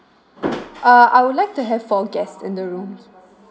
uh I would like to have four guests in the room